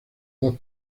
dos